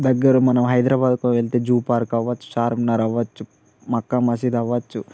దగ్గర మనం హైదారాబాద్కు వెళితే జూ పార్క్ అవ్వచ్చు చార్మినార్ అవ్వచ్చు మక్కా మసీద్ అవ్వచ్చు